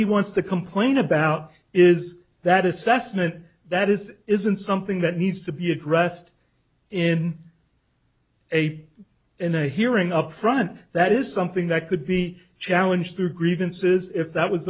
he wants to complain about is that assessment that is isn't something that needs to be addressed in a in a hearing up front that is something that could be a challenge their grievances if that was